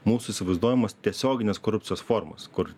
mūsų įsivaizduojamos tiesioginės korupcijos formos kur